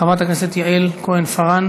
חברת הכנסת יעל כהן-פארן,